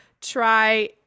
try –